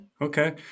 Okay